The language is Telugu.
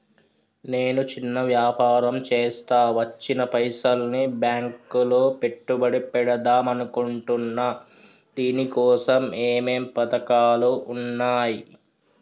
నేను చిన్న వ్యాపారం చేస్తా వచ్చిన పైసల్ని బ్యాంకులో పెట్టుబడి పెడదాం అనుకుంటున్నా దీనికోసం ఏమేం పథకాలు ఉన్నాయ్?